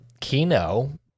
Kino